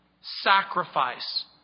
sacrifice